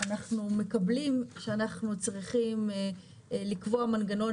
אנחנו מקבלים שאנחנו צריכים לקבוע מנגנון